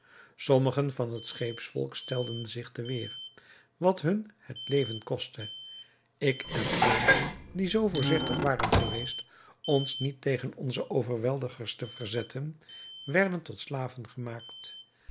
sommigen van het scheepsvolk stelden zich te weêr wat hun het leven kostte ik en anderen die zoo voorzigtig waren geweest ons niet tegen onze overweldigers te verzetten werden tot slaven gemaakt